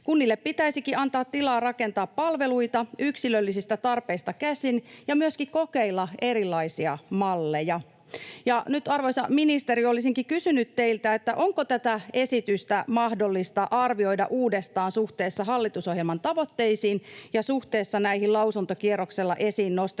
Kunnille pitäisikin antaa tilaa rakentaa palveluita yksilöllisistä tarpeista käsin ja myöskin kokeilla erilaisia malleja. Nyt, arvoisa ministeri, olisinkin kysynyt teiltä: onko tätä esitystä mahdollista arvioida uudestaan suhteessa hallitusohjelman tavoitteisiin ja suhteessa näihin lausuntokierroksella esiin nostettuihin